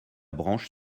branche